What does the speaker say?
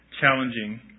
challenging